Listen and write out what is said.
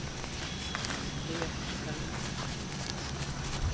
ᱦᱩᱸᱜ ᱴᱷᱤᱠᱜᱮᱭᱟ ᱛᱟᱞᱦᱮ